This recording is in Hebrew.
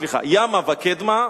סליחה, ימה וקדמה.